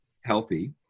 healthy